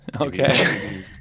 Okay